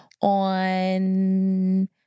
on